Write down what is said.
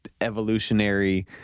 evolutionary